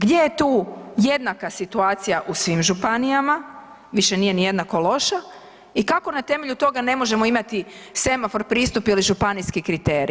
Gdje je tu jednaka situacija u svim županijama, više nije ni jednako loša i kako na temelju toga ne možemo imati semafor pristup ili županijski kriterij.